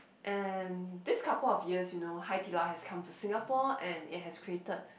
and this couple of years you know Haidilao has come to Singapore and it has created